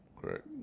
Correct